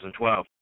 2012